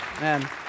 Man